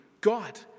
God